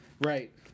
Right